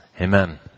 amen